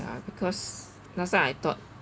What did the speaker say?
ya because last time I thought